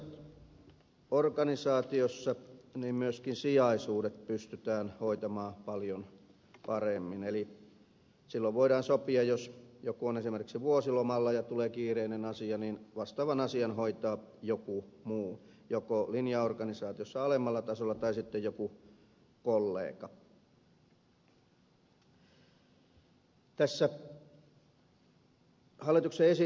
suuremmassa organisaatiossa myöskin sijaisuudet pystytään hoitamaan paljon paremmin eli silloin voidaan sopia jos joku on esimerkiksi vuosilomalla ja tulee kiireinen asia niin vastaavan asian hoitaa joku muu joko linjaorganisaatiossa alemmalla tasolla tai sitten joku kollega